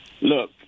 Look